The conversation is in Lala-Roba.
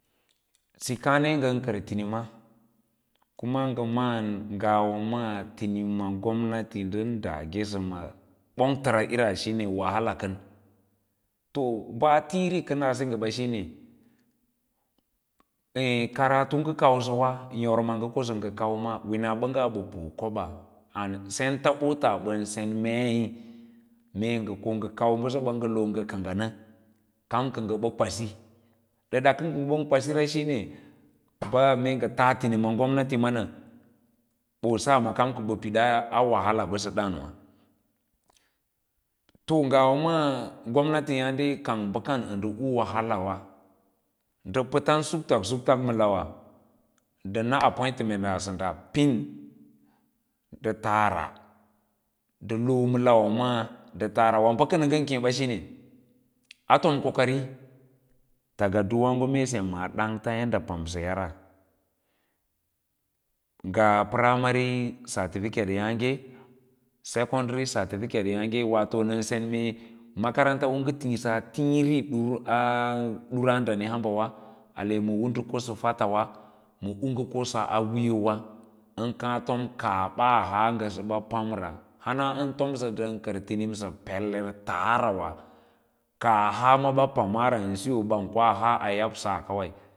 Sikaa ne ngan aimims kuma nga mala ngawa maa timira gomnati ndan dagesawa bongtar lirs nahala kai jo baa tiiri kana sengge ba shime karatu nga kausawa yorma nga yoksa nga yauba wins senta bola ban sen meii me nga kau basaba nga loo nga kanggana kam b aba kwasi dada ka ban kwasira shine baa mee nga tastinim s gomnatima nab isa kam kaba pidaa wahala basa daanwa? Ngawa maa gomnati yi kang bakam nda ba wahala ban da palan sutak sutak ma lawa nda na apamtinent sanda pin nda taara nda ioo ma lawa maa nda taar wa ba kana ngan keei ba shin ea tom kokari ta kavdonago mee sem a dangtta yadda pamsaya ran gas primary certificate yage sencondary certificate yage watau na sen mee makaranta u nga tiisa tiiri daraa, dani hanbawa ale ma u nda kosa fellwa ma u kosaa wiiyo wa an kaa tom kaa baa haa ngasaba pamra hana an tomsa ndan kar tiramsa pelr nda taara wa kaa haamaba paa ra ndasiyo ban kwa haa a yab sa kawai.